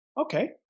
Okay